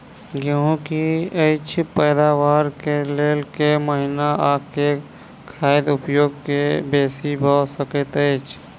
गेंहूँ की अछि पैदावार केँ लेल केँ महीना आ केँ खाद उपयोगी बेसी भऽ सकैत अछि?